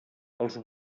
els